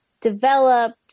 developed